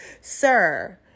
sir